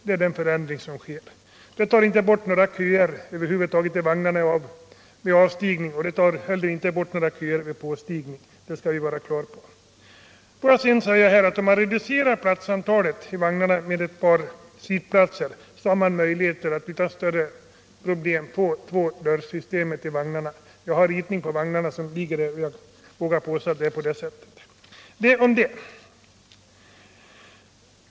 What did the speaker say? Det är den förändring som sker, men den tar inte bort några köer vid vagnarna vid avstigning och inte heller vid påstigning — det skall vi ha klart för oss. Om man reducerar platsantalet i vagnarna med ett par sittplatser, har man möjligheter att utan större problem få ett tvådörrssystem i vagnarna. Jag har en ritning på vagnarna och vågar påstå att det förhåller sig på det sättet.